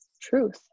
truth